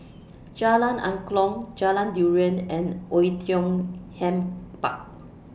Jalan Angklong Jalan Durian and Oei Tiong Ham Park